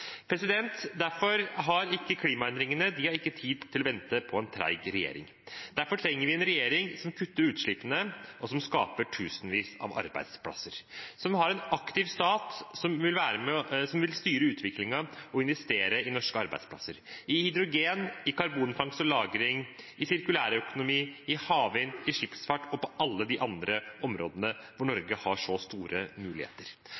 Klimaendringene har ikke tid til å vente på en treig regjering. Derfor trenger vi en regjering som kutter utslippene, som skaper tusenvis av arbeidsplasser, som har en aktiv stat som vil styre utviklingen og investere i norske arbeidsplasser, i hydrogen, i karbonfangst og lagring, i sirkulærøkonomi, i havvind, i skipsfart og på alle de andre områdene hvor Norge har så store muligheter.